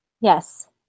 Yes